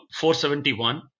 471